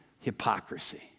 Hypocrisy